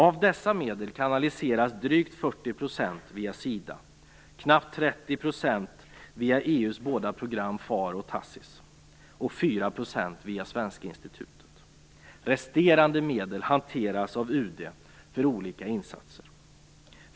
Av dessa medel kanaliseras drygt 40 % via SIDA, knappt och 4 % via Svenska institutet. Resterande medel hanteras av UD för olika insatser.